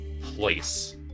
place